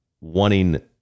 wanting